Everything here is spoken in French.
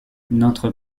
n’entre